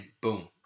boom